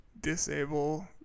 disable